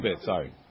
Sorry